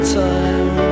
time